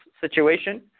situation